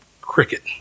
cricket